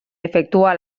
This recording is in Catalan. efectuar